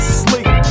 sleep